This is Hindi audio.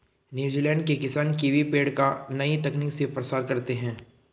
न्यूजीलैंड के किसान कीवी पेड़ का नई तकनीक से प्रसार करते हैं